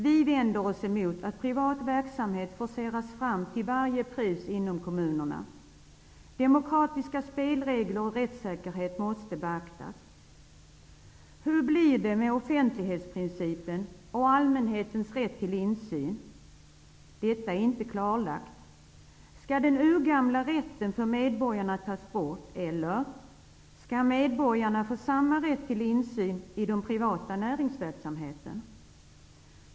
Vi vänder oss mot att privat verksamhet forceras fram till varje pris inom kommunerna. Demokratiska spelregler och rättssäkerhet måste beaktas. Hur blir det med offentlighetsprincipen och allmänhetens rätt till insyn? Detta är inte klarlagt. Skall den urgamla rätten för medborgarna tas bort, eller skall medborgarna få samma rätt till insyn i den privata näringsverksamheten?